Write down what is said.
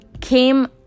came